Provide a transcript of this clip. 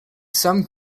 some